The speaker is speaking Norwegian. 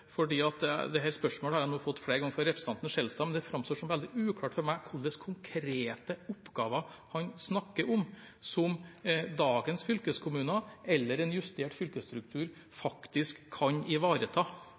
spørsmålet har jeg nå fått flere ganger fra representanten Skjelstad: Det framstår som veldig uklart for meg hvilke konkrete oppgaver han snakker om som dagens fylkeskommuner eller en justert fylkesstruktur